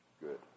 good